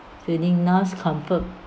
feeling nice comfort